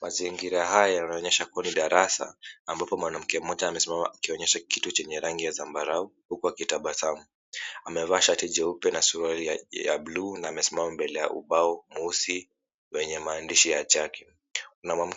Mazingira haya yanaonyesha kuwa ni darasa ambapo mwanamke mmoja amesimama akionyesha kitu 𝑐ℎ𝑒𝑛𝑦𝑒 rangi ya zambarau huku akitabasamu. Amevaa shati jeupe na suruali ya buluu na amesimama mbele ya ubao mweusi wenye maandishi ya chaki.